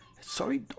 sorry